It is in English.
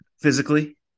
physically